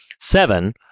Seven